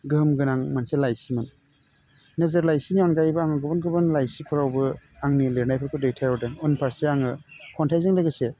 गोहोम गोनां मोनसे लाइसिमोन नोजोर लाइसिनि अनगायैबो आङो गुबुन गुबुन लाइसिफोरावबो आंनि लिरनायफोरखौ दैथायहरदों उनफारसे आङो खन्थाइजों लोगोसे